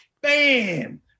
bam